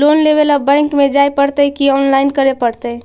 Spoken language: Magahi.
लोन लेवे ल बैंक में जाय पड़तै कि औनलाइन करे पड़तै?